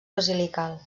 basilical